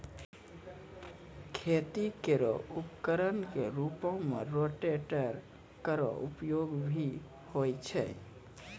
खेती केरो उपकरण क रूपों में रोटेटर केरो उपयोग भी होय छै